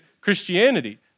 Christianity